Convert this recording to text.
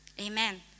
Amen